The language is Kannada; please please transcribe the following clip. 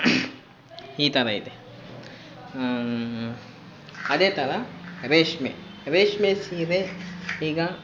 ಈ ಥರ ಇದೆ ಅದೇ ಥರ ರೇಷ್ಮೆ ರೇಷ್ಮೆ ಸೀರೆ ಈಗ